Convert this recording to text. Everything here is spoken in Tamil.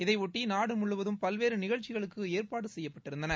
இதையொட்டி நாடு முழுவதும் பல்வேறு நிகழ்ச்சிகளுக்கு ஏற்பாடு செய்யப்பட்டிருந்தன